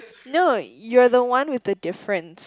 no you're the one with the difference